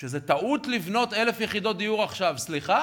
שזו טעות לבנות 1,000 יחידות דיור עכשיו, סליחה?